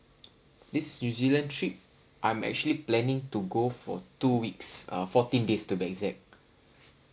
this new zealand trip I'm actually planning to go for two weeks uh fourteen days to be exact